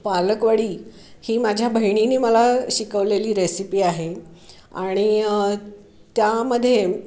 पालक वडी ही माझ्या बहिणीने मला शिकवलेली रेसिपी आहे आणि त्यामध्ये